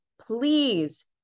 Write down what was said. please